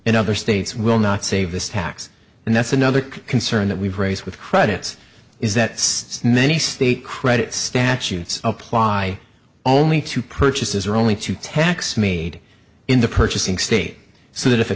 in other states will not save this tax and that's another concern that we raise with credits is that snow any state credit statutes apply only to purchases or only to tax me in the purchasing state so that if a